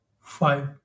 five